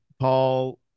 Paul